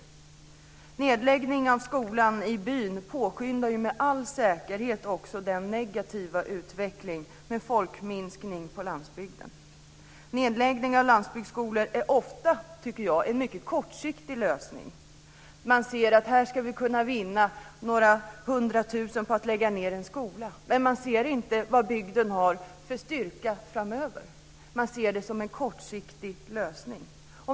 En nedläggning av skolan i byn påskyndar ju med all säkerhet också den negativa utvecklingen med en folkminskning på landsbygden. Jag tycker att nedläggningen av landsbygdsskolor ofta är en mycket kortsiktig lösning. Man tror att man ska kunna vinna några hundratusen på att lägga ned en skola, men man ser inte vad bygden har för styrka framöver. Man ser det som en kortsiktig lösning.